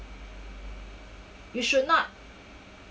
you should not